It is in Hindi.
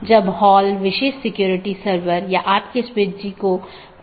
तो ऑटॉनमस सिस्टम या तो मल्टी होम AS या पारगमन AS हो सकता है